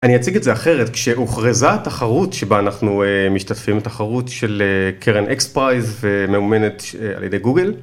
אני אציג את זה אחרת: כשהוכרזה התחרות שבה אנחנו אה... משתתפים, זו התחרות של קרן אקס פרייז וממומנת על ידי גוגל, ...